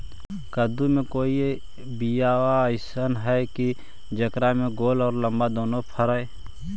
कददु के कोइ बियाह अइसन है कि जेकरा में गोल औ लमबा दोनो फरे?